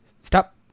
stop